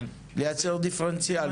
לייצר דיפרנציאליות?